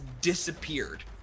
disappeared